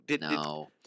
No